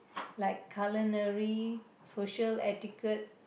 like culinary social etiquette